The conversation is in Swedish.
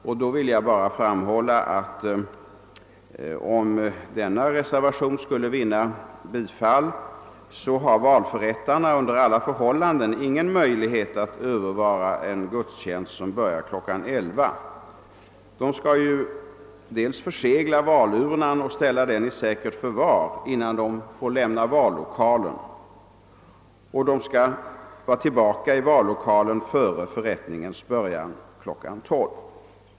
Jag vill då säga att valförrättarna, om denna reservation skulle vinna bifall, i alla fall inte har någon möjlighet att övervara en gudstjänst som börjar kl. 11. De skall ju först försegla valurnan och ställa den i säkert förvar innan de får lämna vallokalen, och de skall vara tillbaka i vallokalen före förrättningens början kl. 12.